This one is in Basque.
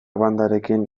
bandarekin